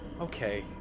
Okay